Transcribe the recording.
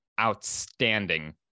outstanding